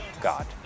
God